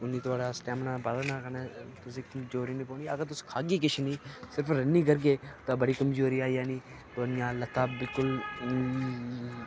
उन्नी थुआड़ा स्टैमिना बधना कन्नै तुसें कमजोरी नि पौनी अगर तुस खाह्गे किश नि सिर्फ रन्निंग करगे तां बड़ी कमजोरी आई जानी थुआढ़ियां लत्तां बिलकुल